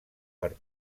per